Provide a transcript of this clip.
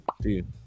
Dude